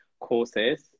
courses